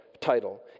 title